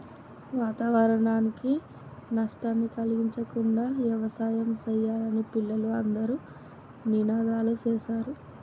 వాతావరణానికి నష్టాన్ని కలిగించకుండా యవసాయం సెయ్యాలని పిల్లలు అందరూ నినాదాలు సేశారు